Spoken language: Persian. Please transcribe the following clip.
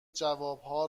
جوابها